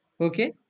Okay